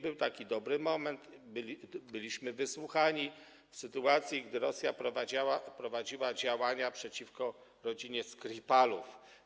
Był taki dobry moment, byliśmy wysłuchani, w sytuacji gdy Rosja prowadziła działania przeciwko rodzinie Skripalów.